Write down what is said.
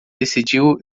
decidiu